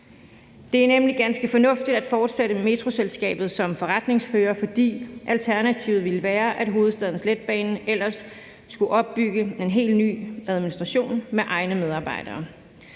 Det er nemlig ganske fornuftigt at fortsætte med Metroselskabet som forretningsfører, fordi alternativet ville være, at Hovedstadens Letbane ellers skulle opbygge en helt ny administration med egne medarbejdere.